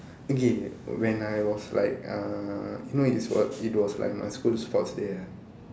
okay when I was like uh you know it was it was like my school sports day ah